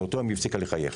ומאותו יום היא הפסיקה לחייך.